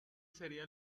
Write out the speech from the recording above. sería